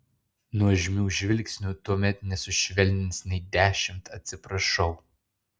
nuožmių žvilgsnių tuomet nesušvelnins nei dešimt atsiprašau